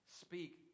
speak